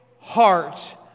heart